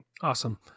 Awesome